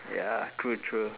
ya true true